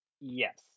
Yes